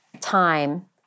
time